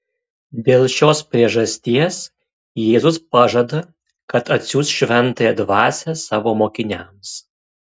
dėl šios priežasties jėzus pažada kad atsiųs šventąją dvasią savo mokiniams